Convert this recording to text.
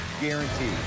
guaranteed